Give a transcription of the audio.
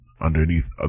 Underneath